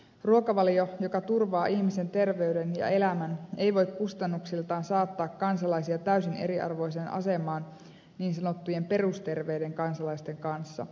ruokavalio joka turvaa ihmisen terveyden ja elämän ei voi kustannuksiltaan saattaa kansalaisia täysin eriarvoiseen asemaan niin sanottujen perusterveiden kansalaisten kanssa